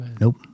Nope